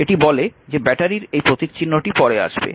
এটি বলে যে ব্যাটারির এই প্রতীকচিহ্নটি পরে আসবে